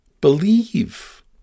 believe